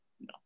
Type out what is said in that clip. No